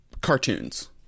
cartoons